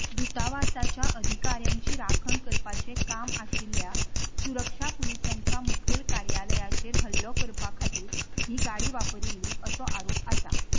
दूतावासाच्या अधिकाऱ्यांची राखण करपाचें काम आशिल्ल्या सुरक्षा पुलिसांच्या मुखेल कार्यालयाचेर हल्लो करपा खातीर ही गाडी वापरिल्ली असो आरोप आसा